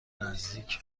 نزدیک